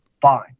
fine